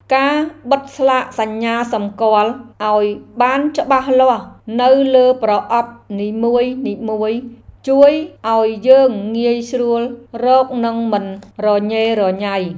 ការបិទស្លាកសញ្ញាសម្គាល់ឱ្យបានច្បាស់លាស់នៅលើប្រអប់នីមួយៗជួយឱ្យយើងងាយស្រួលរកនិងមិនរញ៉េរញ៉ៃ។